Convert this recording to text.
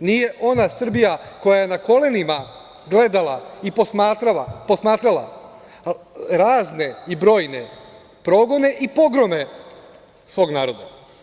nije ona Srbija koja je na kolenima gledala i posmatrala razne i brojne progone i pogrome svog naroda.